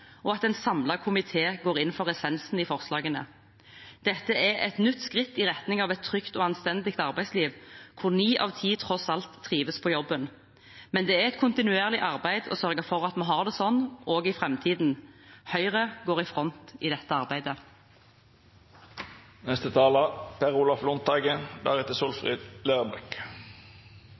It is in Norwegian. og at en samlet komité går inn for essensen i forslagene. Dette er et nytt skritt i retning av et trygt og anstendig arbeidsliv, der ni av ti tross alt trives på jobben. Men det er et kontinuerlig arbeid å sørge for at vi har det sånn også i framtiden. Høyre går i front i dette arbeidet. Etter å ha hørt siste taler